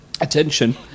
attention